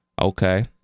Okay